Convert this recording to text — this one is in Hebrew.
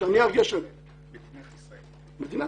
מדינת ישראל.